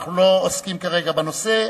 אנחנו לא עוסקים כרגע בנושא,